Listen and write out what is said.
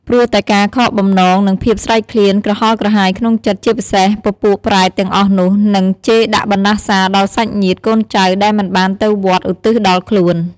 ព្រោះតែការខកបំណង និងភាពស្រែកឃ្លាន ក្រហល់ក្រហាយក្នុងចិត្ត។ ជាពិសេសពពួកប្រេតទាំងអស់នោះ នឹងជេរដាក់បណ្ដាសាដល់សាច់ញាតិ កូនចៅដែលមិនបានទៅវត្តឧទ្ទិសដល់ខ្លួន។